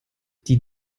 die